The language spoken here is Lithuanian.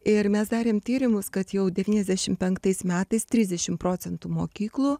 ir mes darėm tyrimus kad jau devyniasdešim penktais metais trisdešim procentų mokyklų